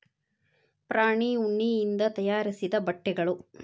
ಪ್ರಾಣಿ ಉಣ್ಣಿಯಿಂದ ತಯಾರಿಸಿದ ಬಟ್ಟೆಗಳು